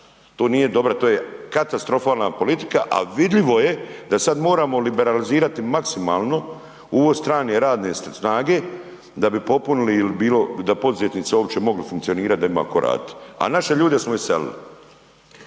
To nije dobro, to je katastrofalna politika, a vidljivo je da sad moramo liberalizirati maksimalno uvoz strane radne snage, da bi popunili ili bilo da poduzetnici uopće mogli funkcionirati, da ima tko raditi. A naše ljude smo iselili.